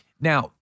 now